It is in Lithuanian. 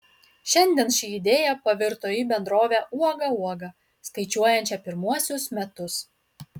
šiandien ši idėja pavirto į bendrovę uoga uoga skaičiuojančią pirmuosius metus